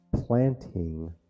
planting